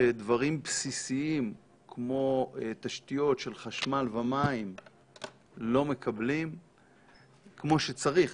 שדברים בסיסיים כמו תשתיות של חשמל ומים לא מקבלים כמו שצריך.